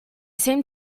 seem